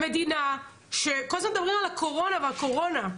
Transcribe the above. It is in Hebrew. כל הזמן מדברים על הקורונה והקורונה.